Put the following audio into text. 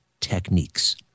techniques